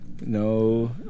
No